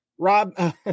Rob